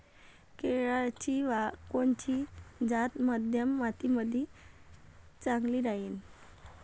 केळाची कोनची जात मध्यम मातीमंदी चांगली राहिन?